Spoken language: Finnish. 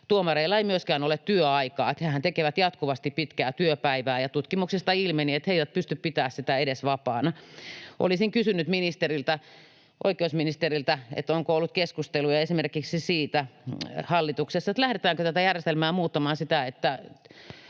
tuomareilla ei myöskään ole työaikaa ja hehän tekevät jatkuvasti pitkää työpäivää, ja tutkimuksesta ilmeni, että he eivät pysty pitämään sitä edes vapaana. Olisin kysynyt oikeusministeriltä: onko ollut keskusteluja hallituksessa esimerkiksi siitä, lähdetäänkö tätä järjestelmää muuttamaan, niin että